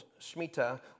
Shemitah